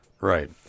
Right